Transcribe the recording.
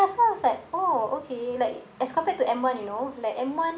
so I was like oh okay like as compared to M one you know like M one